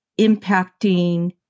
impacting